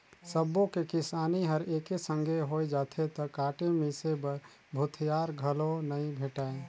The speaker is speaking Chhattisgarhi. सबो के किसानी हर एके संघे होय जाथे त काटे मिसे बर भूथिहार घलो नइ भेंटाय